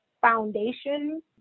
foundation